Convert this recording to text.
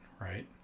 Right